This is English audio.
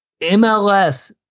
MLS